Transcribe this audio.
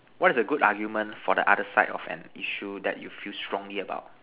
what is a good argument for the other side of an issue that you feel strongly about